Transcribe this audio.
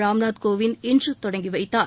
ராம் நாத் கோவிந்த் இன்று தொடங்கிவைத்தார்